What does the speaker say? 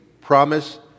promise